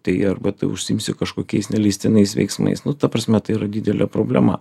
tai arba tu užsiimsi kažkokiais neleistinais veiksmais nu ta prasme tai yra didelė problema